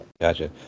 gotcha